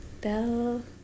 bell